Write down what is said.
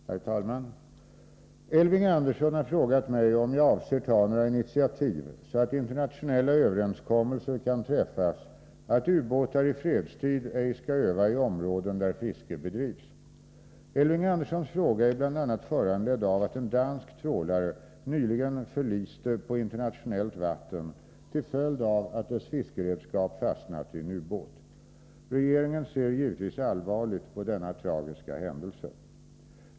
Herr talman! Elving Andersson har frågat mig om jag avser ta några initiativ, så att internationella överenskommelser kan träffas om att ubåtar i fredstid ej skall öva i områden där fiske bedrivs. Elving Anderssons fråga är bl.a. föranledd av att en dansk trålare nyligen förliste på internationellt vatten till följd av att dess fiskeredskap fastnat i en ubåt. Regeringen ser givetvis allvarligt på denna tragiska händelse.